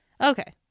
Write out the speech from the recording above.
Okay